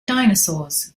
dinosaurs